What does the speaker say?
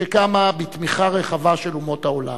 שקמה בתמיכה רחבה של אומות העולם.